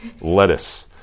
lettuce